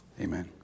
Amen